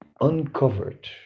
uncovered